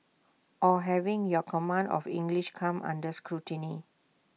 or having your command of English come under scrutiny